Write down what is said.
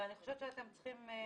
אני חושבת שאתם צריכים להתחשב.